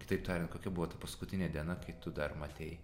kitaip tariant kokia buvo ta paskutinė diena kai tu dar matei